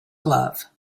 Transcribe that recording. glove